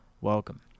welcome